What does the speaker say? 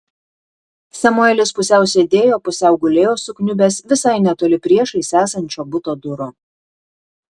samuelis pusiau sėdėjo pusiau gulėjo sukniubęs visai netoli priešais esančio buto durų